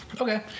Okay